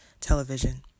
television